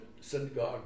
synagogue